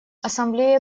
ассамблея